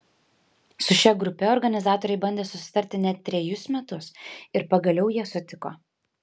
su šia grupe organizatoriai bandė susitarti net trejus metus ir pagaliau jie sutiko